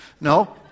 No